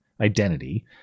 identity